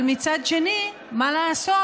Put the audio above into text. אבל מצד שני, מה לעשות,